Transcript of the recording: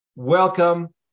welcome